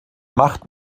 macht